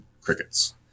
crickets